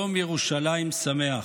יום ירושלים שמח.